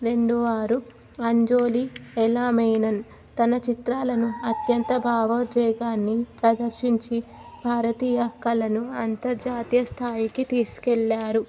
రెండవవారు అంజోలి ఇలా మెనన్ తన చిత్రాలను అత్యంత భావోద్వేగాన్ని ప్రదర్శించి భారతీయ కళలను అంతర్జాతీయ స్థాయికి తీసుకెళ్ళారు